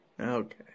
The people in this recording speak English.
Okay